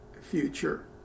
future